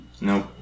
Nope